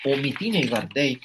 o mitiniai vardai